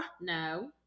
No